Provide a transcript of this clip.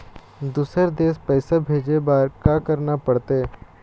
दुसर देश पैसा भेजे बार का करना पड़ते?